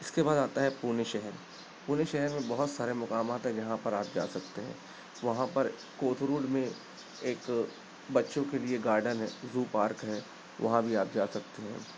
اس کے بعد آتا ہے پونے شہر پونے شہر میں بہت سارے مقامات ہیں جہاں پر آپ جا سکتے ہیں وہاں پر کوتھرول میں ایک بچوں کے لیے گارڈن ہے زو پارک ہے وہاں بھی آپ جا سکتے ہیں